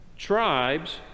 Tribes